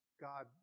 God